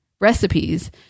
recipes